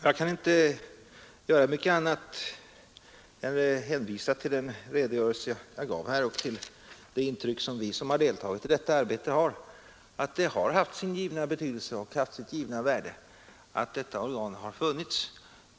Jag kan inte göra mycket annat än hänvisa till den redogörelse jag gav här och till det intryck som vi som har deltagit i detta arbete har, nämligen att det har haft sin givna betydelse och sitt givna värde att detta organ har funnits.